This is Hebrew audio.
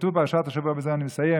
כתוב בפרשת השבוע שקראנו, ובזה אני מסיים: